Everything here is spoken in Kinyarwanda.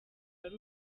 ari